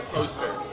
Poster